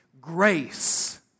grace